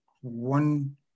one